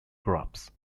crops